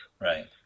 right